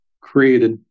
created